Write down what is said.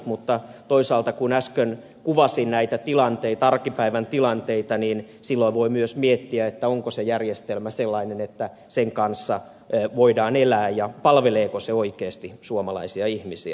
mutta toisaalta kun äsken kuvasin näitä tilanteita arkipäivän tilanteita niin silloin voi myös miettiä onko se järjestelmä sellainen että sen kanssa voidaan elää ja palveleeko se oikeasti suomalaisia ihmisiä